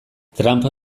trump